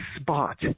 spot